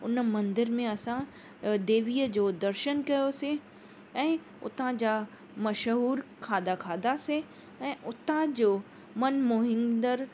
उन मंदिर में असां अ देवीअ जो दर्शन कयोसीं ऐं उतां जा मशहूरु खाधा खाधासीं ऐं उतांजो मन मोहिंदड़ु